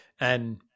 And-